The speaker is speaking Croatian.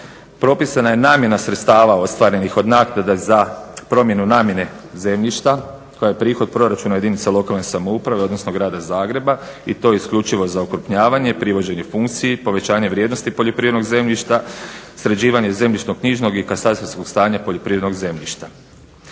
Propisana je namjena sredstava ostvarenih od naknada za promjenu namjene zemljišta koja je prihod proračuna jedinica lokalne samouprave, odnosno Grada Zagreba i to isključivo za okrupnjavanje i privođenje funkciji, povećanje vrijednosti poljoprivrednog zemljišta, sređivanje zemljišno-knjižnog i katastarskog stanja poljoprivrednog zemljišta.